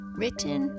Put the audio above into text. written